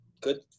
good